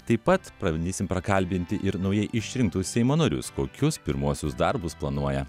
taip pat pabandysim prakalbinti ir naujai išrinktus seimo narius kokius pirmuosius darbus planuoja